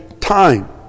time